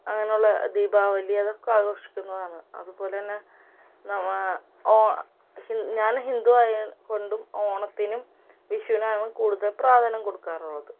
അങ്ങനെ ഉള്ള ദീപാവലി അതൊക്കെ ആഘോഷിക്കുന്നതാണ് അതുപോലെ തന്നെ ഞാൻ ഹിന്ദു ആയത് കൊണ്ടും ഓണത്തിനും വിഷുവിനാണ് കൂടുതൽ പ്രാധാന്യം കൊടുക്കാറുള്ളത്